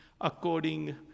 according